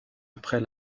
après